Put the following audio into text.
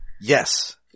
Yes